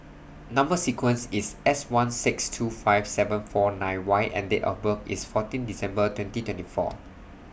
Number sequence IS S one six two five seven four nine Y and Date of birth IS fourteen December twenty twenty four